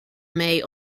may